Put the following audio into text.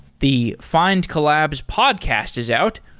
the findcollabs podcast is out.